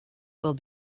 will